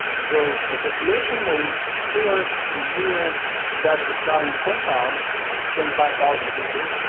so the population moved towards the un dutch battalion compound twenty five thousand people,